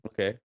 Okay